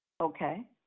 Okay